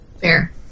Fair